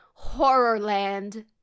Horrorland